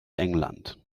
england